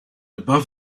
above